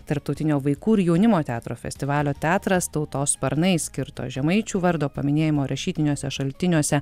tarptautinio vaikų ir jaunimo teatro festivalio teatras tautos sparnai skirto žemaičių vardo paminėjimo rašytiniuose šaltiniuose